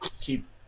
keep